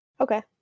okay